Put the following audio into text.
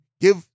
give